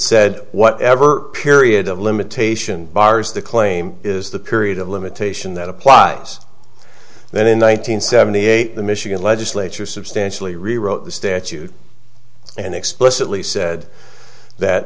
said whatever period of limitation bars the claim is the period of limitation that applies then in one nine hundred seventy eight the michigan legislature substantially rewrote the statute and explicitly said that